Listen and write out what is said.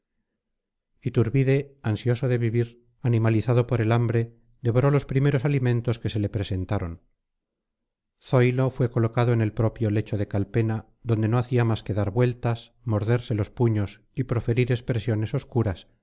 calle principal iturbide ansioso de vivir animalizado por el hambre devoró los primeros alimentos que se le presentaron zoilo fue colocado en el propio lecho de calpena donde no hacía más que dar vueltas morderse los puños y proferir expresiones obscuras